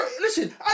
Listen